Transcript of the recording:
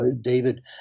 david